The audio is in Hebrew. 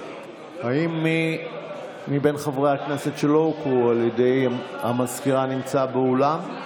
האם מי מבין חברי הכנסת שלא הוקראו על ידי המזכירה נמצא באולם?